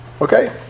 Okay